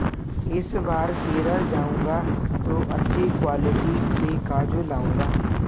इस बार केरल जाऊंगा तो अच्छी क्वालिटी के काजू लाऊंगा